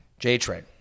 JTrain